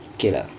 okay lah